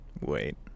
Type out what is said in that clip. Wait